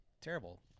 terrible